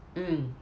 mm